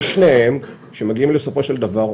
בשניהם, כשמגיעים לשורה התחתונה,